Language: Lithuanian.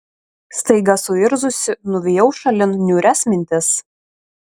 staiga suirzusi nuvijau šalin niūrias mintis